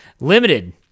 Limited